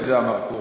את זה אמר פרוש.